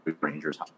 Rangers